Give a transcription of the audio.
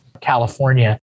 California